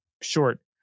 short